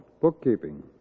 Bookkeeping